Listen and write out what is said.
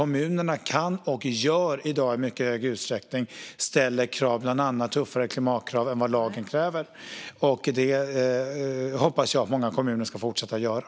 Kommunerna kan ställa och ställer alltså i dag i mycket hög utsträckning krav, bland annat mycket tuffare klimatkrav än vad lagen kräver. Det hoppas jag att många kommuner ska fortsätta att göra.